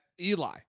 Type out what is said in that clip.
Eli